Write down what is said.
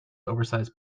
oversized